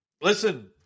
listen